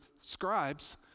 scribes